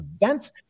events